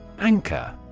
Anchor